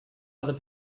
other